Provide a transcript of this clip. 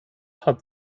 hat